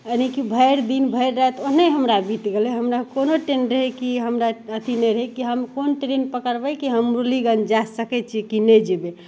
यानि कि भैरि दिन भैरि राति ओनिहें हमरा बीत गेलै हमरा कोनो रहै कि हमरा अथी नहि रहै कि हम कोन ट्रेन पकड़बै कि हम मुरलीगञ्ज जाय सकै छियै कि नहि जेबै